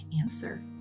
answer